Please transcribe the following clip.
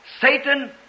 Satan